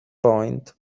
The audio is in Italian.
point